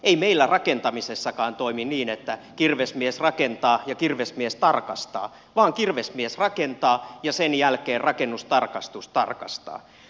ei meillä rakentamisessakaan toimita niin että kirvesmies rakentaa ja kirvesmies tarkastaa vaan kirvesmies rakentaa ja sen jälkeen rakennustarkastus tarkastaa